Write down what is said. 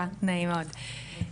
נעים מאוד,